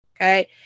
okay